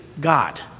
God